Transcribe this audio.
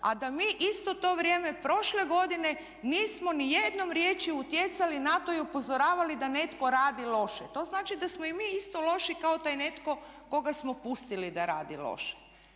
a da mi isto to vrijeme prošle godine nismo ni jednom riječju utjecali na to i upozoravali da netko radi loše. To znači da smo i mi isto loši kao taj netko koga smo pustili da radi loše.